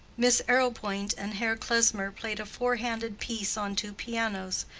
miss arrowpoint and herr klesmer played a four-handed piece on two pianos,